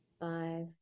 Five